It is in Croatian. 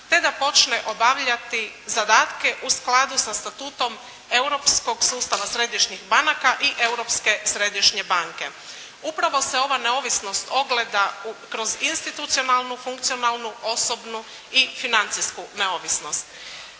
te da počne obavljati zadatke u skladu sa statutom europskog sustava središnjih banaka i Europske središnje banke. Upravo se ova neovisnost ogleda kroz institucionalnu, funkcionalnu, osobnu i financijsku neovisnost.